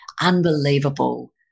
unbelievable